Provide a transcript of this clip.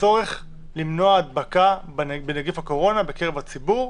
לצורך מניעת הדבקה בנגיף הקורונה בקרב הציבור,